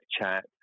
chat